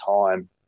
time